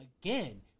again